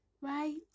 Right